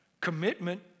Commitment